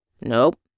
Nope